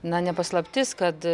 na ne paslaptis kad